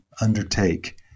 undertake